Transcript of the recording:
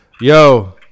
Yo